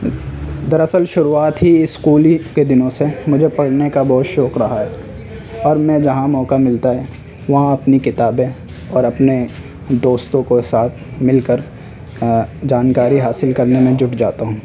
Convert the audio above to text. دراصل شروعات ہی اسکول کے دنوں سے مجھے پڑھنے کا بہت شوق رہا ہے اور میں جہاں موقع ملتا ہے وہاں اپنی کتابیں اور اپنے دوستوں کے ساتھ مل کر جانکاری حاصل کرنے میں جٹ جاتا ہوں